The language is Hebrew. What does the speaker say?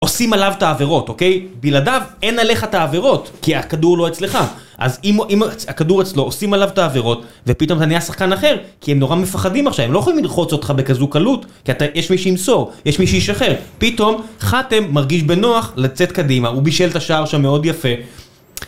עושים עליו את העבירות, אוקיי? בלעדיו אין עליך את העבירות כי הכדור לא אצלך אז אם הכדור אצלו, עושים עליו את העבירות ופתאום אתה נהיה שחקן אחר כי הם נורא מפחדים עכשיו הם לא יכולים ללחוץ אותך בכזו קלות כי יש מי שימסור יש מי שישחרר. פתאום חתם מרגיש בנוח לצאת קדימה הוא בישל את השער שם מאוד יפה